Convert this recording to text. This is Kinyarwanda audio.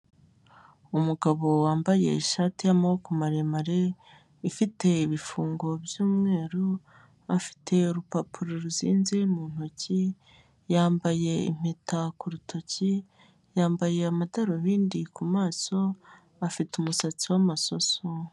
Umugabo wambaye ishati y'amaboko maremare ifite ibifungo by'umweru, afite urupapuro ruzinze mu ntoki, yambaye impeta ku rutoki yambaye amadarubindi ku maso afite umusatsi w'amasoso.